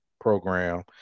Program